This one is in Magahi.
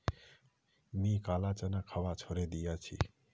मी काला चना खवा छोड़े दिया छी